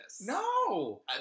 No